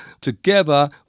together